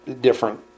different